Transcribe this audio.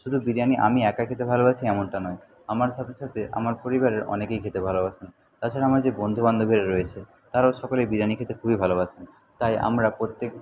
শুধু বিরিয়ানি আমি একা খেতে ভালোবাসি এমনটা নয় আমার সাথে সাথে আমার পরিবারের অনেকেই খেতে ভালোবাসেন তাছাড়া আমার যে বন্ধু বান্ধবীরা রয়েছে তারাও সকলে বিরিয়ানি খেতে খুবই ভালোবাসেন তাই আমরা প্রত্যেক